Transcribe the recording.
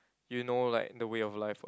you know like the way of life [what]